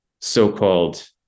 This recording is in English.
so-called